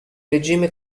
regime